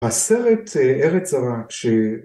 הסרט ״ארץ זרה״ ש..